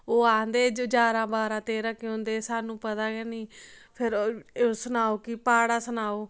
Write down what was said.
ओह् आखदे ढारां बारां तेरां केह् होंदे सानूं पता गै निं फिर ओह् सनाओ कि प्हाड़ा सनाओ